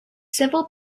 civil